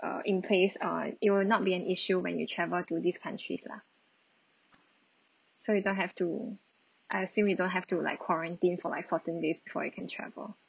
uh in place uh it will not be an issue when you travel to these countries lah so you don't have to I assume you don't have to like quarantine for like fourteen days before you can travel